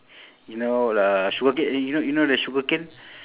you know uh sugar c~ y~ you know the sugar cane